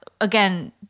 Again